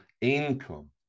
income